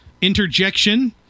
interjection